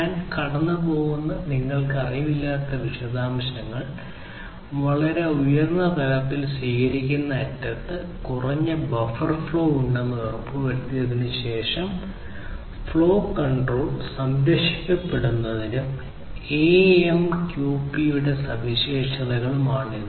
ഞാൻ കടന്നുപോകുന്നില്ലെന്ന് നിങ്ങൾക്കറിയാവുന്ന വിശദാംശങ്ങൾ വളരെ ഉയർന്ന തലത്തിൽ സ്വീകരിക്കുന്ന അറ്റത്ത് കുറഞ്ഞ ബഫർ ഓവർഫ്ലോ ഉണ്ടെന്ന് ഉറപ്പുവരുത്തുന്നതിനും ഫ്ലോ കൺട്രോൾ സംരക്ഷിക്കപ്പെടുന്നതിനും AMQP യുടെ സവിശേഷതയാണ് ഇത്